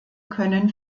können